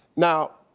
now,